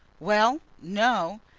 well, no!